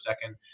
second